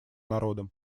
народам